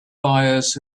fires